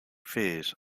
fears